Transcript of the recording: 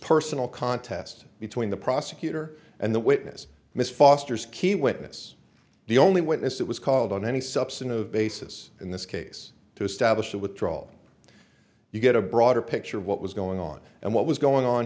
personal contest between the prosecutor and the witness miss foster's key witness the only witness that was called on any substantive basis in this case to establish the withdrawal you get a broader picture of what was going on and what was going on